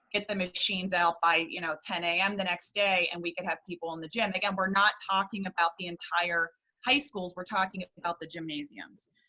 get the machines out by, you know ten a m. the next day, and we could have people in the gym. again, we're not talking about the entire high schools, we're talking about the gymnasiums.